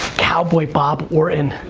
cowboy bob orton.